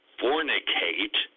fornicate